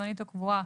זמנית או קבועה,